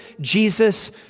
Jesus